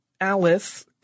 Alice